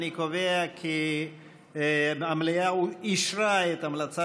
אני קובע כי המליאה אישרה את המלצת